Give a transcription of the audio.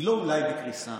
היא לא אולי בקריסה,